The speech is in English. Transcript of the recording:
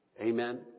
Amen